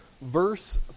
verse